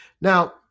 Now